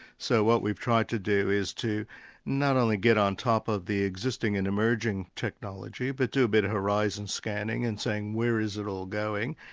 so what we've tried to do is to not only get on top of the existing and emerging technology, but do a bit of horizon scanning and saying where is it all going?